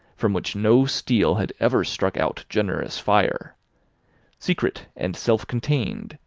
from which no steel had ever struck out generous fire secret, and self-contained,